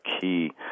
key